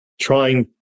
trying